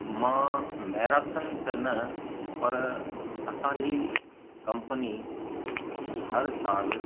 मां मैराथन त न पर असांजी कंपनी हरु साल